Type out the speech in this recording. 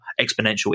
exponential